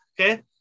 okay